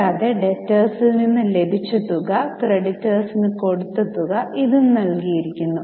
കൂടാതെ ഡേറ്റർസിൽ നിന്ന് ലഭിച്ച തുക ക്രെഡിറ്റർസിന് കൊടുത്ത തുക ഇതും നൽകിയിരിക്കുന്നു